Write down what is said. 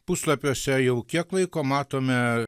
puslapiuose jau kiek laiko matome